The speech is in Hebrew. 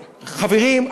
חברים,